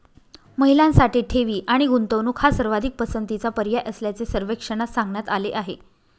महिलांसाठी ठेवी आणि गुंतवणूक हा सर्वाधिक पसंतीचा पर्याय असल्याचे सर्वेक्षणात सांगण्यात आले आहे